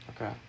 Okay